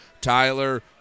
Tyler